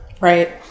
Right